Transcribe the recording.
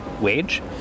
wage